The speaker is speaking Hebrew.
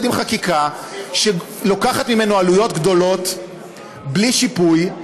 עם חקיקה שלוקחת ממנו עלויות גדולות בלי שיפוי,